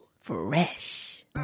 fresh